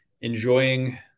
enjoying